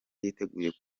yiteguye